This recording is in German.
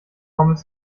pommes